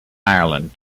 ireland